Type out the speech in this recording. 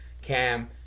Cam